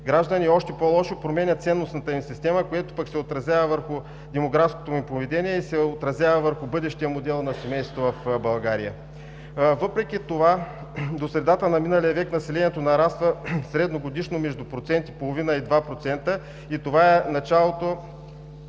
граждани и още по-лошо – променя ценностната им система, което пък се отразява върху демографското им поведение и се отразява върху бъдещия модел на семейството в България. Въпреки това до средата на миналия век населението нараства средногодишно между 1,5% и 2% и това в началото